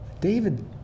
David